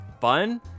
fun